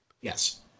yes